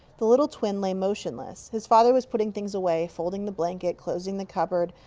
the little twin lay motionless. his father was putting things away. folding the blanket. closing the cupboard.